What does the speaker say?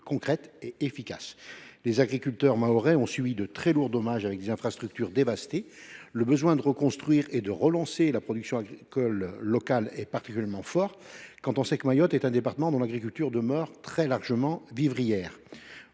de ces exploitations. Les agriculteurs mahorais ont subi de très lourds dommages et vu leurs infrastructures dévastées. Le besoin de reconstruire et de relancer la production agricole locale est particulièrement élevé, quand on sait que Mayotte est un département dont l’agriculture demeure très largement vivrière.